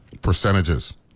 percentages